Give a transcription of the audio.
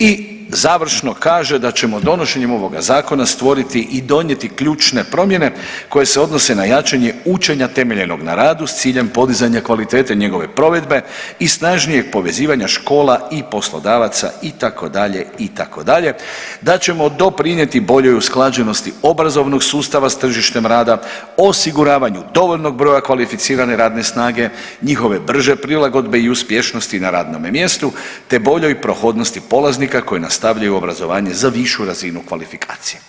I završno kaže da ćemo donošenjem ovoga zakona stvoriti i donijeti ključne promjene koje se odnose na jačanje učenja temeljenog na radu s ciljem podizanja kvalitete njegove provedbe i snažnijeg povezivanja škola i poslodavaca itd., itd., da ćemo doprinijeti boljoj usklađenosti obrazovnog sustava s tržištem rada, osiguravanju dovoljnog broja kvalificirane radne snage, njihove brže prilagodbe i uspješnosti na radnome mjestu te boljoj prohodnosti polaznika koji nastavljaju obrazovanje za višu razinu kvalifikacije.